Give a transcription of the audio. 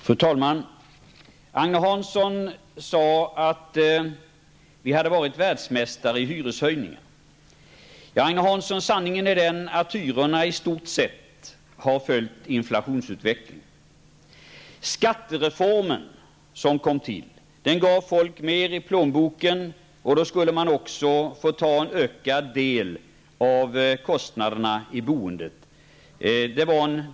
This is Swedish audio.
Fru talman! Agne Hansson sade att vi hade varit världsmästare i hyreshöjningar. Sanningen är den, Agne Hansson, att hyrorna i stort sett har följt inflationsutvecklingen. Skattereformen gav folk mer i plånboken, och då skulle man också ta på sig en ökad del av kostnaderna i boendet.